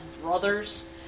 brothers